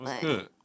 Good